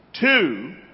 Two